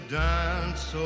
dance